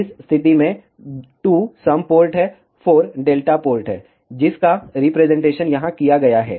इस स्थिति में 2 सम पोर्ट है 4 डेल्टा पोर्ट है जिसका रिप्रेजेंटेशन यहां किया गया है